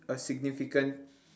a significant